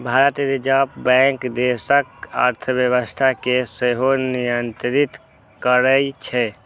भारतीय reserve bank देशक अर्थव्यवस्था कें सेहो नियंत्रित करै छै